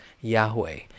Yahweh